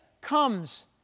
comes